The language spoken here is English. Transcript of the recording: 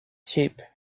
sheep